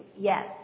Yes